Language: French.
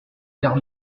pierre